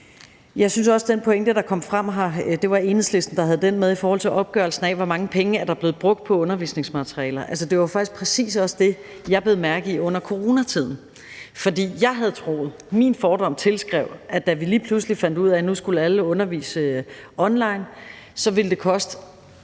Jeg synes også, at den pointe, der kom frem – det var Enhedslisten, der havde den med – i forhold til opgørelsen af, hvor mange penge der er blevet brugt på undervisningsmaterialer, faktisk præcis var det, jeg bed mærke i under coronatiden. For jeg havde troet, altså min fordom tilskrev, at det, da vi lige pludselig fandt ud af, at alle nu skulle undervise online, så ville koste